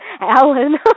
Alan